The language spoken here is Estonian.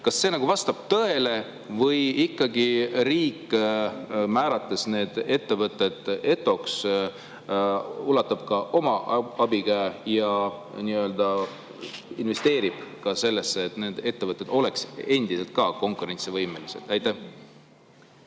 Kas see vastab tõele või ikkagi riik, määrates need ettevõtted ETO-ks, ulatab ka oma abikäe ja investeerib ka sellesse, et need ettevõtted oleksid endiselt konkurentsivõimelised? Aitäh!